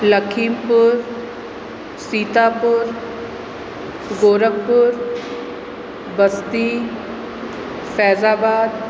Lakhipur Sitapur Gorakhpur Basti Faizabad